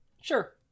Sure